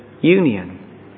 union